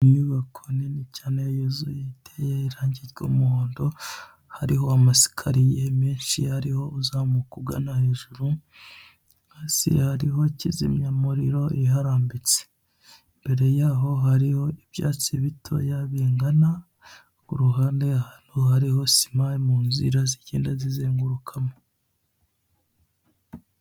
Inyubako nini cyane yuzuye iteye irange ry'umuhondo hariho amasekariye menshi ariho uzamuka ugana hejuru, hasi hariho kizimyamuriro iharambitse, imbere yaho hariho ibyatsi bitoya bingana ku ruhande ahantu hariho sima mu nzira zigenda zizengurukamo.